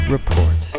Report